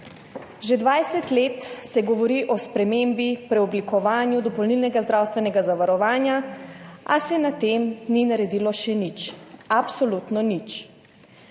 Že 20 let se govori o spremembi, preoblikovanju dopolnilnega zdravstvenega zavarovanja, a se glede tega ni naredilo še nič. Absolutno nič.